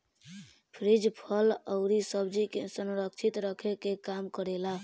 fridge फल अउरी सब्जी के संरक्षित रखे के काम करेला